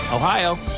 Ohio